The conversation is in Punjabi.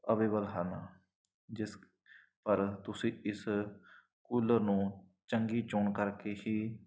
ਅਵੇਲਬਲ ਹਨ ਜਿਸ ਪਰ ਤੁਸੀਂ ਇਸ ਕੂਲਰ ਨੂੰ ਚੰਗੀ ਚੋਣ ਕਰਕੇ ਹੀ